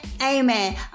Amen